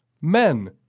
men